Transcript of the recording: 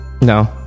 No